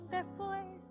Después